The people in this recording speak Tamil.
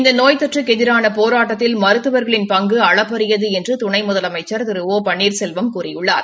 இந்த நோய் தொற்றுக்கு எதிரான போராட்டத்தில் மருத்துவர்களின் பங்கு அளப்பரியது என்று துணை முதலமைச்சர் திரு ஒ பன்னீர்செல்வம் கூறியுள்ளார்